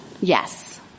Yes